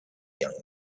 young